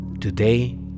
today